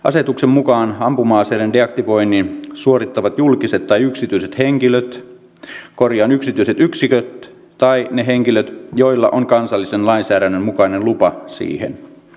asetuksen mukaan ampuma aseiden deaktivoinnin suorittavat julkiset tai yksityiset yksiköt tai ne henkilöt joilla on kansallisen lainsäädännön mukainen lupa siihen